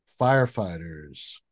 firefighters